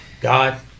God